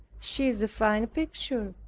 she is a fine picture.